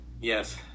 Yes